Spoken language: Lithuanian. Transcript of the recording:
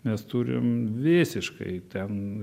mes turim visiškai ten